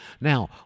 Now